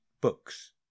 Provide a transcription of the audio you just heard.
books